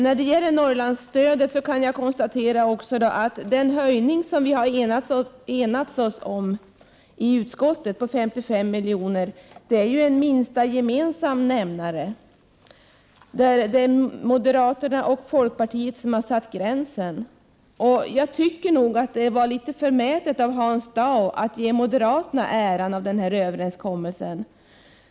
När det gäller stödet till Norrland kan jag konstatera att den höjning som vi har enats om i utskottet på 55 milj.kr. är en minsta gemensam nämnare. Det är moderaterna och folkpartiet som har satt gränsen. Jag tycker att det var litet förmätet av Hans Dau att ge moderaterna äran av denna överenskommelse.